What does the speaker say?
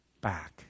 back